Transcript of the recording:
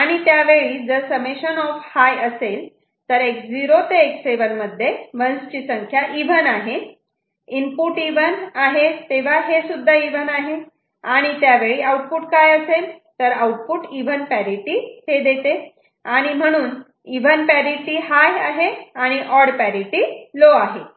आणि त्यावेळी जर समेशन ऑफ हाय असेल तर X0 ते X7 मध्ये 1's ची संख्या इव्हन आहे इनपुट इव्हन आहे तेव्हा हे सुद्धा इव्हन आहे आणि त्यावेळी आऊटपुट काय असेल तर आउटपुट इव्हन पॅरिटि हे देते आणि म्हणून इव्हन पॅरिटि हाय आहे आणि ऑड पॅरिटि लो आहे